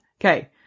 Okay